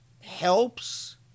helps